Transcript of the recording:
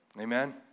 Amen